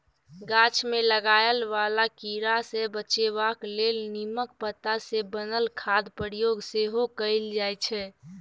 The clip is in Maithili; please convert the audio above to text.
गाछ मे लागय बला कीड़ा सँ बचेबाक लेल नीमक पात सँ बनल खादक प्रयोग सेहो कएल जाइ छै